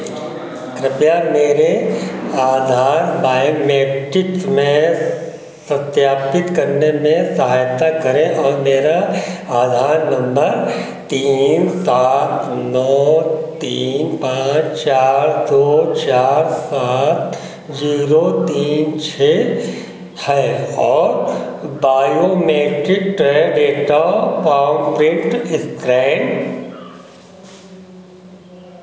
कृपया मेरे आधार बायोमेट्रिक में सत्यापित करने में सहायता करें और मेरा आधार नम्बर तीन सात नौ तीन पाँच चार दो चार आठ जीरो तीन छः है और biometric data power net scan